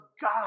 God